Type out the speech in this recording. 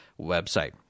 website